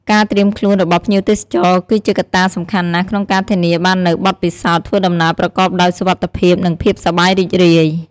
ការត្រៀមខ្លួនរបស់ភ្ញៀវទេសចរ គឺជាកត្តាសំខាន់ណាស់ក្នុងការធានាបាននូវបទពិសោធន៍ធ្វើដំណើរប្រកបដោយសុវត្ថិភាព និងភាពសប្បាយរីករាយ។